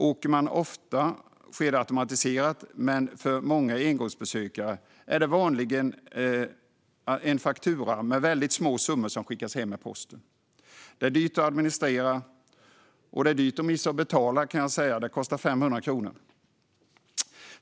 Åker man ofta sker detta automatiserat, men för många engångsbesökare är det så att en faktura med en väldigt liten summa skickas hem med posten. Detta är dyrt att administrera. Det är också dyrt för den som missar att betala: Det kostar 500 kronor.